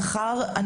שכר,